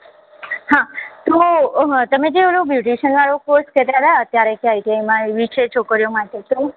હા તો તમે જે પેલો બ્યુટિશિયનવાળો કોર્સ કહેતા હતા અત્યારે કે આઈ ટી આઈમાં આવી છે છોકરીઓ માટે કંઈ